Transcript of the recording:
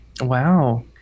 Wow